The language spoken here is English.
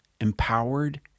empowered